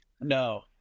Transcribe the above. No